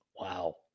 Wow